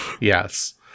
Yes